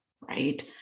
right